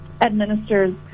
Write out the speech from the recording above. administers